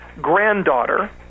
granddaughter